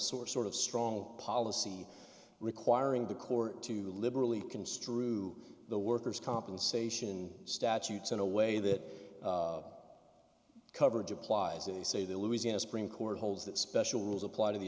sort of strong policy requiring the court to liberally construe the worker's compensation statutes in a way that coverage applies they say the louisiana supreme court holds that special rules apply to the